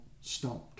stumped